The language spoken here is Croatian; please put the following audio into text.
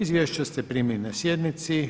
Izvješća ste primili na sjednici.